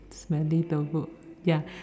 smelly tofu ya